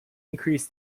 increase